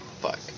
Fuck